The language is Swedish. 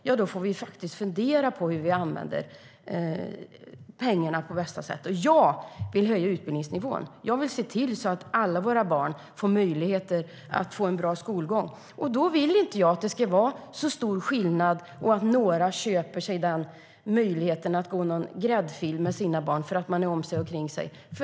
Jo, då får vi faktiskt fundera på hur vi använder pengarna på bästa sätt. Jag vill höja utbildningsnivån. Jag vill se till att alla våra barn får möjlighet till en bra skolgång. Jag vill inte att det ska vara så stor skillnad och att några ska kunna köpa sig möjligheten till en gräddfil för sina barn bara för att man är om sig och kring sig.